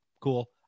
cool